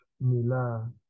Mila